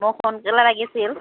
মোক সোনকালে লাগিছিল